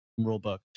rulebook